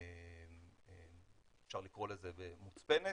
אפשר לקרוא לזה מוצפנת,